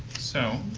so,